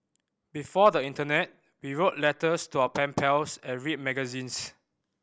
before the internet we wrote letters to our pen pals and read magazines